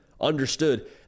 understood